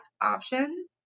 option